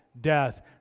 death